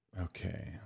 okay